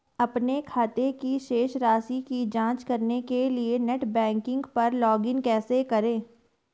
अपने खाते की शेष राशि की जांच करने के लिए नेट बैंकिंग पर लॉगइन कैसे करें?